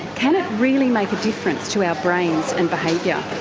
can it really make a difference to our brains and behaviour?